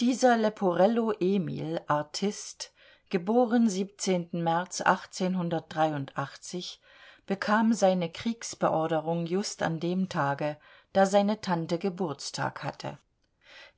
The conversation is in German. dieser leporello emil artist geboren märz bekam seine kriegsbeorderung just an dem tage da seine tante geburtstag hatte